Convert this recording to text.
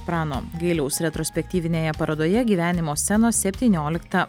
prano gailiaus retrospektyvinėje parodoje gyvenimo scenos septynioliktą